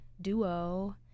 Duo